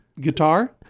guitar